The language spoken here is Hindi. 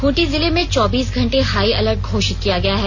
खूंटी जिले में चौबीस घंटे हाई अलर्ट घोषित किया गया है